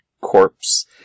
corpse